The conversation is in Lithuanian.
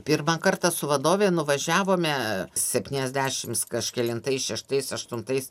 pirmą kartą su vadove nuvažiavome septyniasdešims kažkelintais šeštais aštuntais